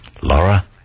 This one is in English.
Laura